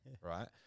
right